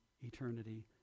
eternity